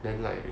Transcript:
then like